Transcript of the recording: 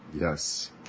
yes